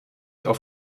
auf